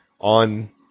on